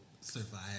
survive